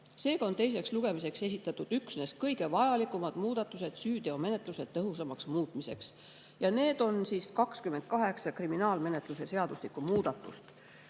Seega on teiseks lugemiseks esitatud üksnes kõige vajalikumad muudatused süüteomenetluse tõhusamaks muutmiseks, 28 kriminaalmenetluse seadustiku muudatust.